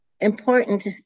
important